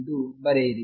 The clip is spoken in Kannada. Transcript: ಎಂದು ಬರೆಯಿರಿ